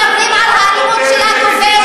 מדברים על אלימות של הכובש,